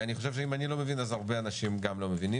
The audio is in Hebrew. אני חושב שאם אני לא מבין אז גם הרבה אנשים אחרים לא מבינים.